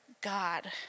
God